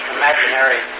imaginary